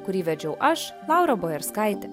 kurį vedžiau aš laura bojarskaitė